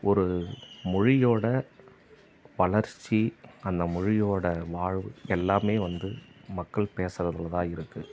ஒரு மொழியோடய வளர்ச்சி அந்த மொழியோடய வாழ்வு எல்லாமே வந்து மக்கள் பேசுறதில் தான் இருக்குது